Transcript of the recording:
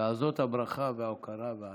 ועל זאת הברכה וההוקרה וההערכה.